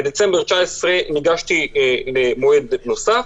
בדצמבר 2019 ניגשתי למועד נוסף,